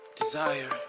Desire